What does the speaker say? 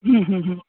હમ હમ હમ